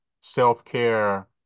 self-care